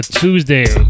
tuesday